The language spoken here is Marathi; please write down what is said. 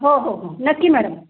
हो हो हो नक्की मॅडम